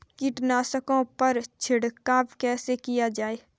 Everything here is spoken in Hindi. कीटनाशकों पर छिड़काव कैसे किया जाए?